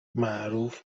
معروف